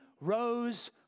rose